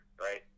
right